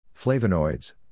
flavonoids